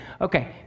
okay